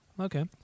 okay